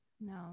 No